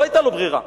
לא היתה לו ברירה.